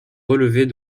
relevés